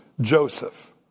Joseph